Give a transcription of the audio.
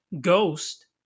ghost